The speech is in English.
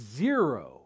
zero